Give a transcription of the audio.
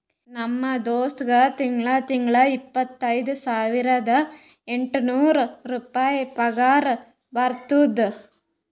ನಮ್ ದೋಸ್ತ್ಗಾ ತಿಂಗಳಾ ತಿಂಗಳಾ ಇಪ್ಪತೈದ ಸಾವಿರದ ಎಂಟ ನೂರ್ ರುಪಾಯಿ ಪಗಾರ ಬರ್ತುದ್